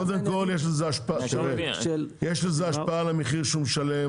קודם כל יש לזה השפעה על המחיר שהוא משלם,